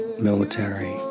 military